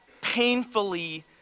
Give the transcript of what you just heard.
painfully